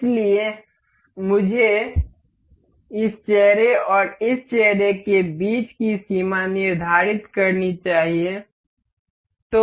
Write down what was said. इसलिए मुझे इस चेहरे और इस चेहरे के बीच की सीमा निर्धारित करनी चाहिए